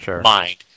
mind